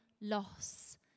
loss